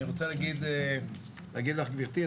אני רוצה להגיד לך גבירתי,